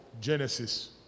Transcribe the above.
Genesis